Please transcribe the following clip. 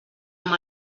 amb